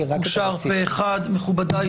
הצבעה בעד, 5 נגד,